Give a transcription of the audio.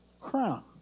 crown